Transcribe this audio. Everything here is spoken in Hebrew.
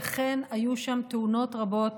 ואכן היו שם תאונות רבות